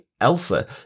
Elsa